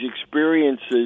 experiences